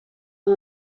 van